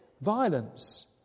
violence